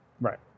Right